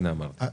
הנה, אמרתי.